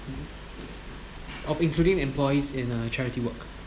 of including employees in a charity work